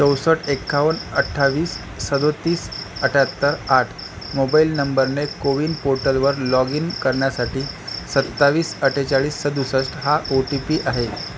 चौसष्ट एकावन्न अठ्ठावीस सदतीस अठ्ठ्याहत्तर आठ मोबाईल नंबरने कोविन पोर्टलवर लॉग इन करण्यासाठी सत्तावीस अठ्ठेचाळीस सदुसष्ट हा ओ टी पी आहे